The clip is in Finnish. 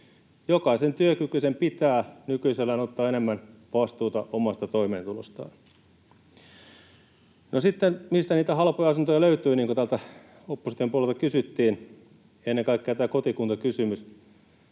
Jokaisen työkykyisen pitää nykyisellään ottaa enemmän vastuuta omasta toimeentulostaan. No sitten, mistä niitä halpoja asuntoja löytyy, niin kuin täältä opposition puolelta kysyttiin. Ennen kaikkea tämä kotikuntakysymys